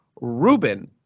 Rubin